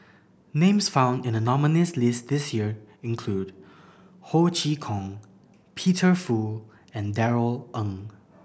names found in the nominees' list this year include Ho Chee Kong Peter Fu and Darrell Ang